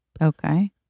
okay